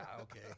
Okay